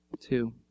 Two